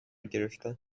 گرفتم